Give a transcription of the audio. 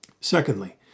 Secondly